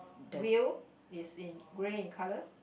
wheel is in grey in colour